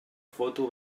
foto